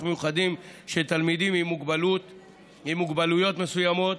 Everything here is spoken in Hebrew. מיוחדים של תלמידים עם מוגבלויות מסוימות,